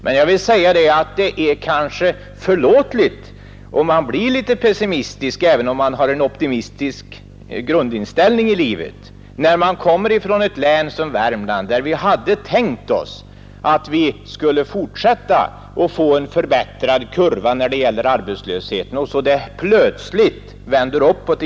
Men det kanske är förlåtligt om man blir litet pessimistisk även om man har en optimistisk grundinställning i livet när i mitt hemlän Värmland arbetslöshetskurvan plötsligt pekar uppåt i stället för att som vi hade tänkt oss fortsätta att förbättras.